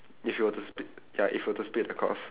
if you were to split ya if you were to split across